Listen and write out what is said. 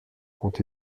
ont